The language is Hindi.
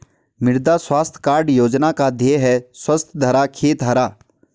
मृदा स्वास्थ्य कार्ड योजना का ध्येय है स्वस्थ धरा, खेत हरा